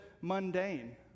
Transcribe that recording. mundane